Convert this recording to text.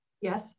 Yes